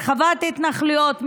הרחבת התנחלויות,